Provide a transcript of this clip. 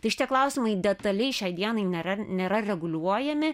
tai šitie klausimai detaliai šiai dienai nėra nėra reguliuojami